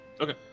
Okay